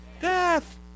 death